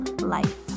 life